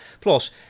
Plus